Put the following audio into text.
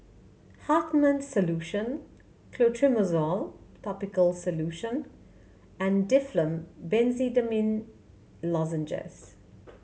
Hartman's Solution Clotrimozole Topical Solution and Difflam Benzydamine Lozenges